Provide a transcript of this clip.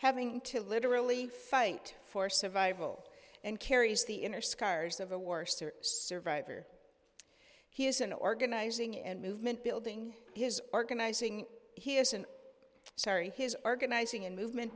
having to literally fight for survival and carries the inner scars of the worst survivor he is an organizing and movement building his organizing he is an sorry his organizing and movement